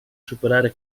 superare